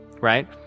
right